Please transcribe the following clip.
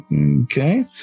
Okay